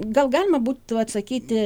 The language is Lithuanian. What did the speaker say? gal galima būtų atsakyti